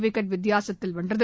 wicket வித்தியாசத்தில் வென்றது